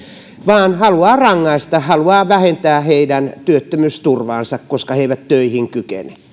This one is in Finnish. vaan haluaa rangaista haluaa vähentää heidän työttömyysturvaansa koska he eivät töihin kykene